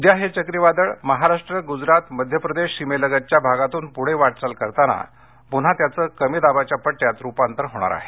उद्या हे चक्रीवादळ महाराष्ट्र गुजरात मध्यप्रदेश सीमेलगतच्या भागातून पुढे वाटचाल करताना पुन्हा कमीदाबाच्या पट्टयात रुपांतरित होणार आहे